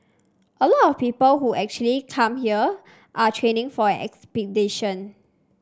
a lot of people who actually come here are training for an expedition